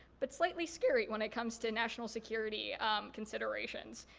but slightly scary when it comes to national security considerations.